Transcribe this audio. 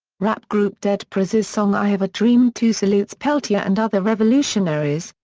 rap group dead prez's song i have a dream, too salutes peltier and other revolutionaries,